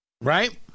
Right